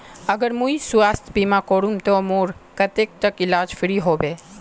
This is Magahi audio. अगर मुई स्वास्थ्य बीमा करूम ते मोर कतेक तक इलाज फ्री होबे?